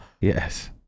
Yes